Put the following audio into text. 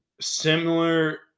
Similar